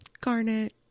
Garnet